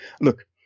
Look